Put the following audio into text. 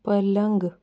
पलंग